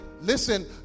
listen